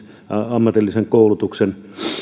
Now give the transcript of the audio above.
ammatillisen koulutuksen